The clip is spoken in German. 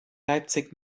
leipzig